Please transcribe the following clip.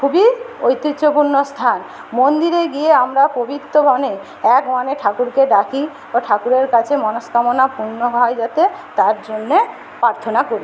খুবই ঐতিহ্যপূর্ণ স্থান মন্দিরে গিয়ে আমরা পবিত্র মনে একমনে ঠাকুরকে ডাকি ও ঠাকুরের কাছে মনস্কামনা পূর্ণ হয় যাতে তার জন্যে প্রার্থনা করি